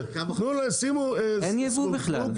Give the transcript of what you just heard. אין יבוא בכלל.